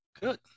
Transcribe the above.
good